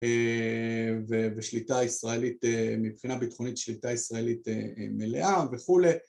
ושליטה ישראלית מבחינה ביטחונית שליטה ישראלית מלאה וכולי